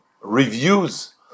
reviews